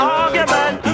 argument